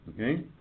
Okay